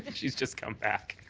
and she's just come back.